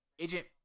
agent